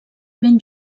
ben